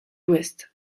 ouest